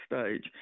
stage